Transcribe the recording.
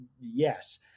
Yes